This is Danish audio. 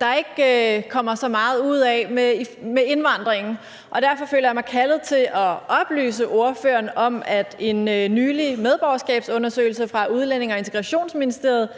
der ikke kommer så meget ud af i forhold til indvandringen, og derfor føler jeg mig kaldet til at oplyse ordføreren om, at en nylig medborgerskabsundersøgelse fra Udlændinge- og Integrationsministeriet